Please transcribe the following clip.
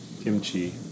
kimchi